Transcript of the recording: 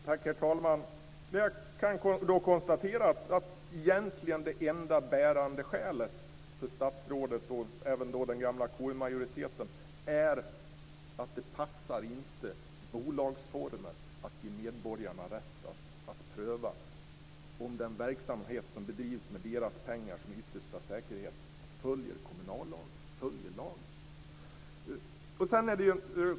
Herr talman! Jag kan då konstatera att det enda bärande skälet för statsrådet och den gamla KU majoriteten är att det inte passar bolagsformen att ge medborgarna rätt att pröva om den verksamhet som bedrivs med deras pengar som yttersta säkerhet följer kommunallagen, följer lagen.